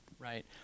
Right